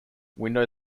window